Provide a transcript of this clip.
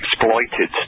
exploited